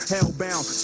Hellbound